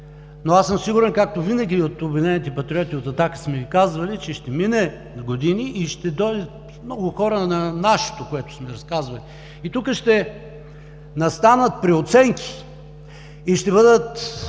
Но аз съм сигурен, както винаги от „Обединените патриоти“, от „Атака“ сме Ви казвали, ще минат години и ще дойдат много хора на нашето, което сме разказвали. И тук ще настанат преоценки и ще бъдат